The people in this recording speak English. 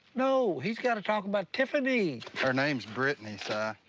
no, he's gotta talk about tiffany. her name's brittany, si.